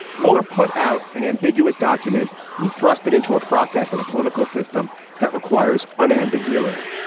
mueller put out an ambiguous document and he thrust it into a process and a political system that requires an ambiguity.